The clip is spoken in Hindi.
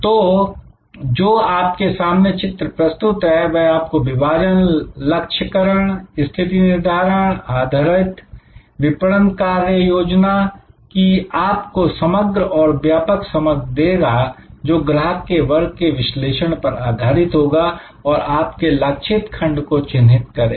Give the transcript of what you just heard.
यह जो आपके सामने चित्र प्रस्तुत है वह आपको विभाजन लक्ष्यकरण स्थिति निर्धारण आधारित विपणन कार्य योजना की आपको समग्र एवं व्यापक समझ देगा जो ग्राहक के वर्ग के विश्लेषण पर आधारित होगा और आपके लक्षित खंड को चिन्हित करेगा